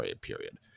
period